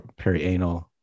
perianal